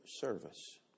service